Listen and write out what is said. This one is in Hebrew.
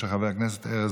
אדוני